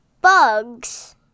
bugs